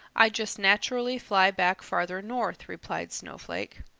i just naturally fly back farther north, replied snowflake.